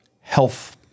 health